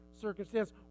circumstance